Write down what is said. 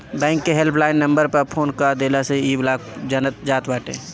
bank के help line number पअ phone कअ देहला से इ ब्लाक हो जात बाटे